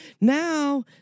Now